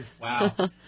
Wow